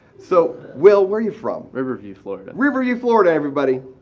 so will, where you from? riverview, florida. riverview, florida everybody.